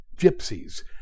Gypsies